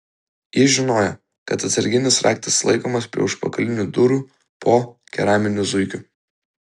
jis žinojo kad atsarginis raktas laikomas prie užpakalinių durų po keraminiu zuikiu